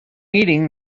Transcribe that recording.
eating